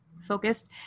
focused